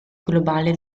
globale